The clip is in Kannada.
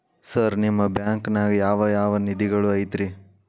ಸರ್ ನಿಮ್ಮ ಬ್ಯಾಂಕನಾಗ ಯಾವ್ ಯಾವ ನಿಧಿಗಳು ಐತ್ರಿ?